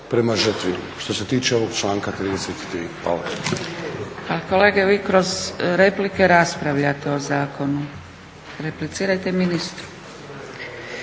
prema žrtvi, što se tiče ovog članka 33.